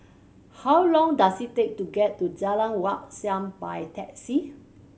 how long does it take to get to Jalan Wat Siam by taxi